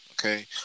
okay